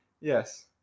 Yes